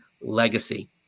legacy